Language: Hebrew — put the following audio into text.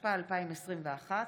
התשפ"א 2021,